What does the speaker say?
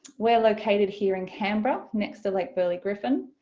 we're located here in canberra next to lake burley griffin.